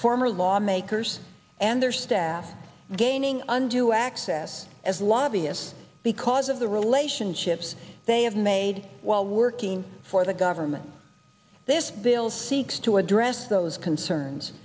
former lawmaker and their staff gaining unto access as lobbyists because of the relationships they have made while working for the government this bill seeks to address those concerns